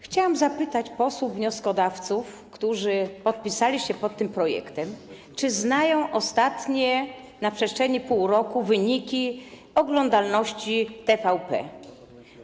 Chciałam zapytać posłów wnioskodawców, którzy podpisali się pod tym projektem, czy znają ostatnie - na przestrzeni pół roku - wyniki oglądalności TVP.